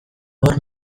hor